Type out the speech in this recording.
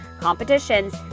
competitions